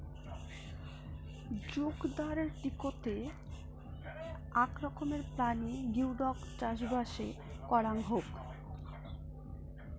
জুগদার টিকৌতে আক রকমের প্রাণী গিওডক চাষবাস করাং হউক